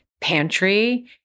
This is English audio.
pantry